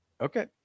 Okay